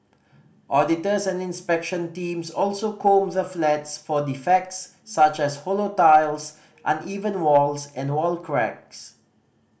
auditors and inspection teams also comb the flats for defects such as hollow tiles uneven walls and wall cracks